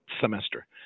semester